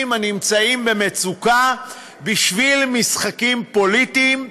הנמצאים במצוקה בשביל משחקים פוליטיים?